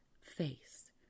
face